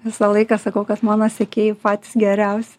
visą laiką sakau kad mano sekėjai patys geriausi